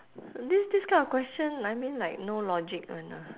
this this kind of question I mean like no logic [one] ah